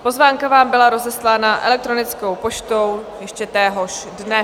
Pozvánka vám byla rozeslána elektronickou poštou ještě téhož dne.